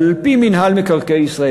אבל על-פי מינהל מקרקעי ישראל,